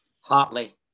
Hartley